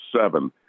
seven